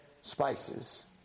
spices